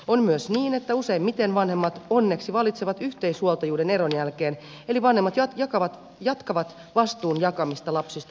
on myös niin että useimmiten vanhemmat onneksi valitsevat yhteishuoltajuuden eron jälkeen eli vanhemmat jatkavat vastuun jakamista lapsista myös eron jälkeen